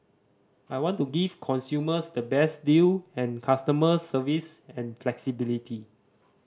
I want to give consumers the best deal and customer service and flexibility